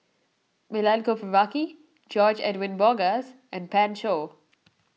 Milenko Prvacki George Edwin Bogaars and Pan Shou